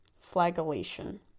flagellation